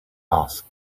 ask